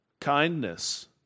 kindness